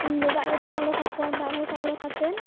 ᱤᱧᱫᱚ ᱫᱟᱜ ᱞᱚᱴᱟᱧ ᱚᱰᱳᱠ ᱟᱠᱚᱣᱟ ᱫᱟᱜ ᱞᱚᱴᱟ ᱚᱰᱳᱠ ᱠᱟᱛᱮᱫ